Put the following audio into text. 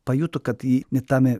pajuto kad ji ne tame